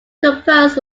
composed